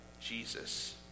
Jesus